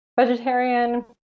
vegetarian